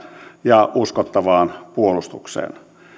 ja uskottavaan puolustukseen